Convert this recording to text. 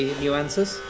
nuances